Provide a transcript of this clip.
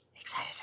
Excited